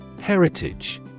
Heritage